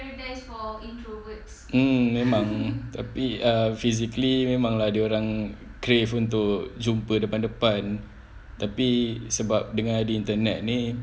mm memang tapi uh physically memang lah dia orang crave untuk jumpa depan-depan tapi sebab ada internet ni